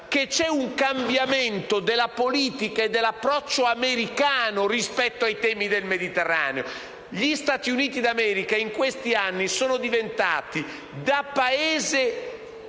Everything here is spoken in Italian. che vi è un cambiamento della politica e dell'approccio americano rispetto ai temi del Mediterraneo. Gli Stati Uniti d'America, in questi anni, si sono trasformati da Paese